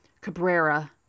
Cabrera